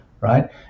right